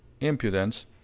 impudence